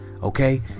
okay